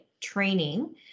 training